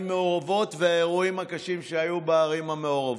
מעורבות והאירועים הקשים שהיו בערים המעורבות.